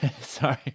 sorry